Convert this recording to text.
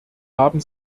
haben